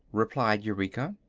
replied eureka.